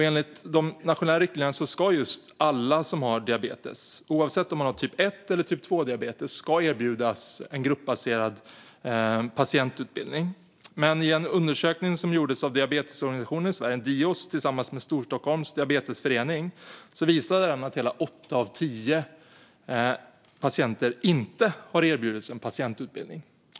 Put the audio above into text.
Enligt de nationella riktlinjerna ska alla som har diabetes oavsett typ erbjudas en gruppbaserad patientutbildning. Men en undersökning som gjordes av Diabetesorganisationen i Sverige, Dios, tillsammans med Storstockholms Diabetesförening visade att hela åtta av tio patienter inte har erbjudits en patientutbildning.